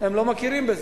הם לא מכירים בזה.